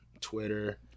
Twitter